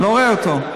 אני לא רואה אותו.